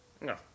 no